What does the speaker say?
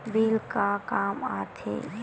Bill का काम आ थे?